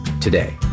today